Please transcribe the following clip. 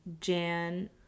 Jan